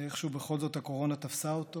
איכשהו בכל זאת הקורונה תפסה אותו